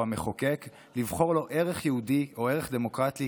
המחוקק לבחור לו ערך יהודי או ערך דמוקרטי,